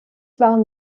waren